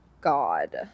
God